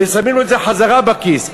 ושמים לו את זה חזרה בכיס.